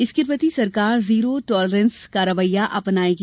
इसके प्रति सरकार जीरो टॉलरेंस का रवैया अपनायेगी